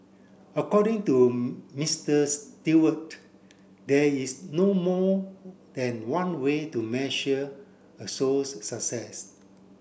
according to Mister Stewart there is no more than one way to measure a show's success